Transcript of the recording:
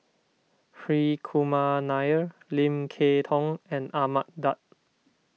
Hri Kumar Nair Lim Kay Tong and Ahmad Daud